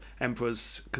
emperors